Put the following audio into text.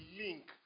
link